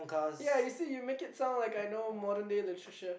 ya you see you make it sound like I know modern day literature